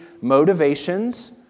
motivations